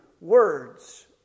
words